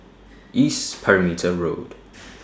East Perimeter Road